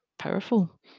Powerful